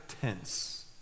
tense